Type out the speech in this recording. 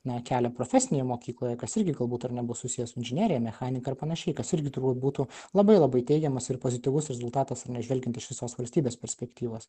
na kelią profesinėje mokykloje kas irgi galbūt ar ne bus susiję su inžinerija mechanika ar panašiai kas irgi turbūt būtų labai labai teigiamas ir pozityvus rezultatas ar ne žvelgiant iš visos valstybės perspektyvos